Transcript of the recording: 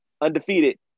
undefeated